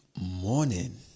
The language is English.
morning